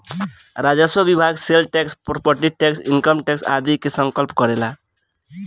राजस्व विभाग sale tax property tax income tax आदि के संकलन करेला